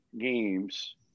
games